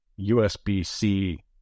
USB-C